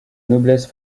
noblesse